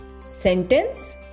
sentence